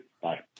Bye